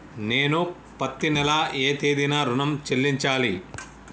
నేను పత్తి నెల ఏ తేదీనా ఋణం చెల్లించాలి?